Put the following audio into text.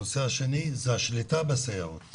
הנושא השני זה השליטה בסייעות.